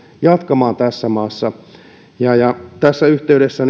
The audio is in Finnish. jatkamaan tässä maassa tässä yhteydessä